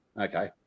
Okay